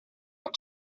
not